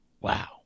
wow